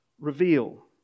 reveal